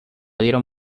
dieron